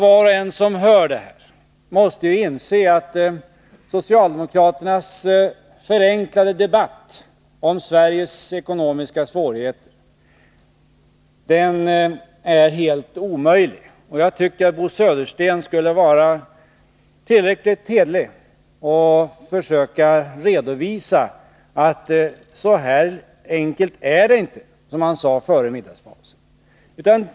Var och en som hör detta måste inse att socialdemokraternas förenklade debatt om Sveriges ekonomiska svårigheter är helt omöjlig. Och jag tycker att Bo Södersten borde vara tillräckligt hederlig för att försöka redovisa att det inte är så enkelt som han före middagspausen sade att det var.